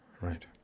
Right